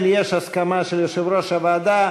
אם כן יש הסכמה של יושב-ראש הוועדה.